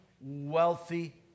wealthy